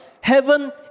Heaven